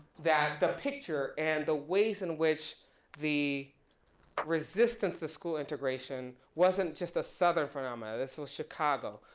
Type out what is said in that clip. that the picture and the ways in which the resistance to school integration wasn't just a southern phenomenon. this was chicago.